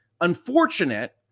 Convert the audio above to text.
unfortunate